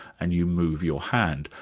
and you move your hand.